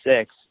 six